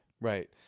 Right